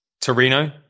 torino